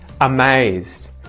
Amazed